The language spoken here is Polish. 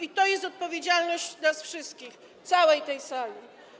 I to jest odpowiedzialność nas wszystkich, całej tej sali.